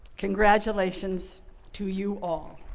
congratulations to you all!